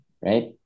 right